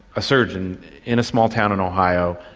a surgeon in a small town in ohio,